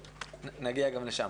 נגיע גם לשם.